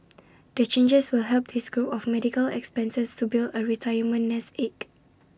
the changes will help this group of medical expenses to build A retirement nest egg